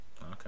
Okay